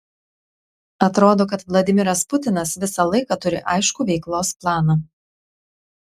atrodo kad vladimiras putinas visą laiką turi aiškų veiklos planą